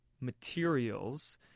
materials